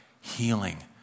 healing